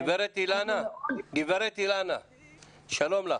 גברת אילנה שלום לך.